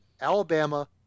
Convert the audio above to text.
Alabama